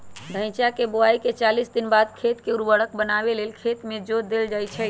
धइचा के बोआइके चालीस दिनबाद खेत के उर्वर बनावे लेल खेत में जोत देल जइछइ